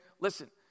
Listen